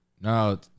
No